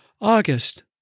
August